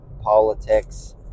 politics